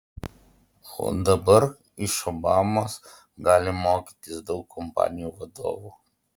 o dabar iš obamos gali mokytis daug kompanijų vadovų